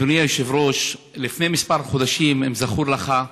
אדוני היושב-ראש, לפני כמה חודשים, אם זכור לך,